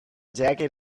jacket